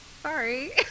Sorry